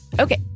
Okay